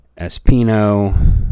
Espino